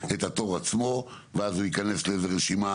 את התור עצמו ואז הוא יכנס לאיזה רשימה